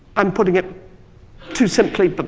i'm putting it too simply, but